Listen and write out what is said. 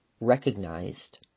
recognized